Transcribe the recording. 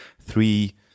three